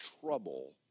trouble